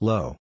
Low